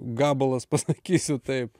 gabalas pasakysiu taip